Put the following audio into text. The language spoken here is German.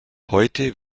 heute